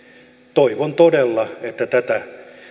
toivon todella että tätä